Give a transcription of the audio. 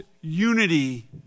unity